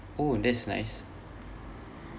oh that's nice